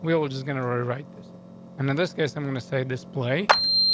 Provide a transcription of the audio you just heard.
we're just gonna rewrite this and in this case, i'm going to say display.